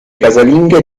casalinghe